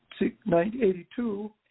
1982